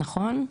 נכון.